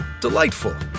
Delightful